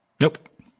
nope